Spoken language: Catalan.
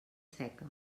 seca